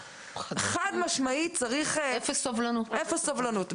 חד משמעית צריך אפס סובלנות.